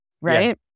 Right